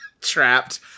trapped